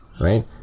Right